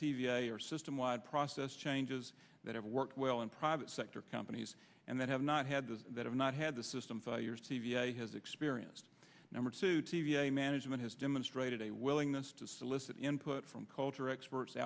it system wide process changes that have worked well in private sector companies and they have not had those that have not had the system failures c v a has experienced number two t v a management has demonstrated a willingness to solicit input from culture experts